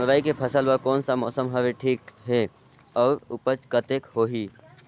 मुरई के फसल बर कोन सा मौसम हवे ठीक हे अउर ऊपज कतेक होही?